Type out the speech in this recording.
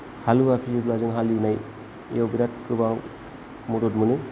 हालुवा फियोबा जों हालेवनायाव बिराद गोबां मदद मोनो